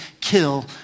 kill